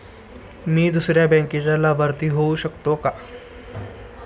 मी दुसऱ्या बँकेचा लाभार्थी होऊ शकतो का?